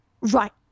Right